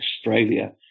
australia